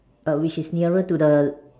err which is nearer to the